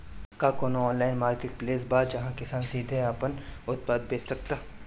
का कोनो online marketplace बा जहां किसान सीधे अपन उत्पाद बेच सकता?